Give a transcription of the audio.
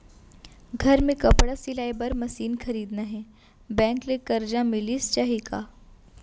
घर मे कपड़ा सिलाई बार मशीन खरीदना हे बैंक ले करजा मिलिस जाही का?